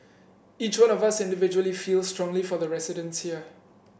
each one of us individually feels strongly for the residents here